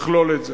לכלול את זה.